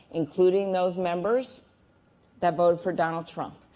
including those members that voted for donald trump.